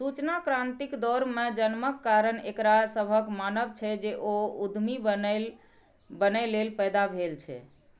सूचना क्रांतिक दौर मे जन्मक कारण एकरा सभक मानब छै, जे ओ उद्यमी बनैए लेल पैदा भेल छै